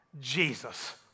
Jesus